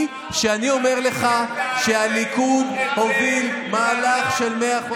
כשאני אומר לך שהליכוד הוביל מהלך של 100%?